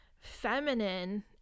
feminine